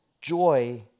joy